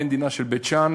אין דינה של בית-שאן,